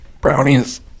Brownies